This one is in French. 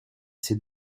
ses